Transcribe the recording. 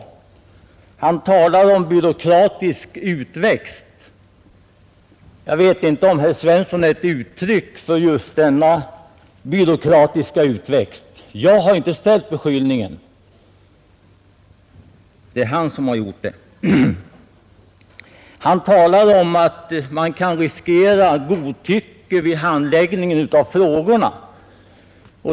Herr Svensson talade om byråkratisk utväxt. Jag vet inte om herr Svensson själv är ett uttryck för just denna byråkratiska utväxt — jag har inte framfört beskyllningen om den; det är han som har gjort det. Herr Svensson ansåg också att man kan riskera godtycke vid handläggningen av frågorna.